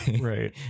right